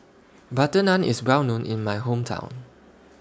Butter Naan IS Well known in My Hometown